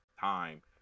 time